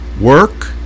work